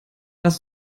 dass